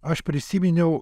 aš prisiminiau